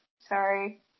sorry